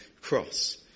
cross